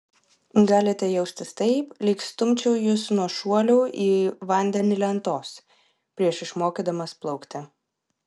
galite jaustis taip lyg stumčiau jus nuo šuolių į vandenį lentos prieš išmokydamas plaukti